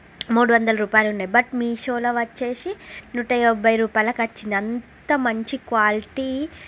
మూడు వందల రూపాయిలు ఉన్నాయి బట్ మీ షోలో వచ్చి నూట యాభై రూపాయలకి వచ్చింది అంత మంచి క్వాలిటీ